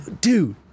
Dude